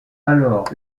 alors